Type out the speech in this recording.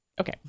Okay